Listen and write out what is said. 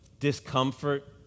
discomfort